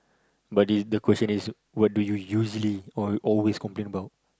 but the the question is what do you usually al~ always complain about